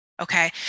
Okay